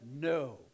No